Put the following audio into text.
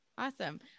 Awesome